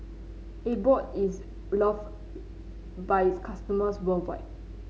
Abbott is loved by its customers worldwide